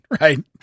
Right